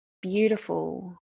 beautiful